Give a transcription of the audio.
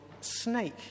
snake